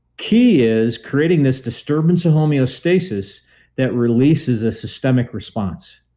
key is creating this disturbance of homeostasis that releases a systemic response,